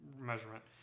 measurement